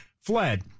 fled